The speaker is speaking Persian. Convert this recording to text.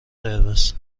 قرمز